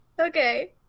Okay